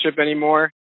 anymore